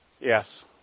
Yes